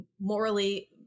morally